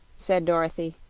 said dorothy